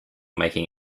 making